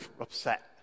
upset